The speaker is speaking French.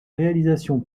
réalisation